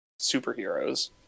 superheroes